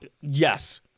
Yes